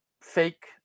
fake